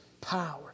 power